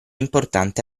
importante